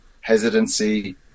Hesitancy